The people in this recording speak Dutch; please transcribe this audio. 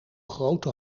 grote